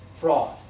fraud